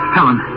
Helen